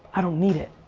i don't need it.